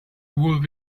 would